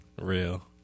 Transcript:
Real